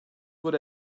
good